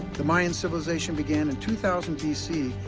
the mayan civilization began in two thousand b c.